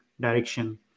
direction